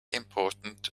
important